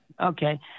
Okay